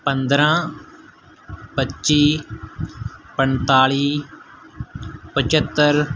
ਪੰਦਰ੍ਹਾਂ ਪੱਚੀ ਪੰਤਾਲੀ ਪੰਝੱਤਰ